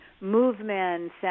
movements